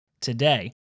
today